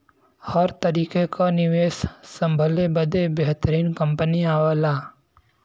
हर तरीके क निवेस संभले बदे बेहतरीन कंपनी आवला